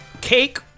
Cake